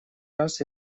раз